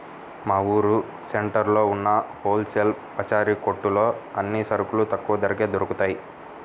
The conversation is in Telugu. మా ఊరు సెంటర్లో ఉన్న హోల్ సేల్ పచారీ కొట్టులో అన్ని సరుకులు తక్కువ ధరకే దొరుకుతయ్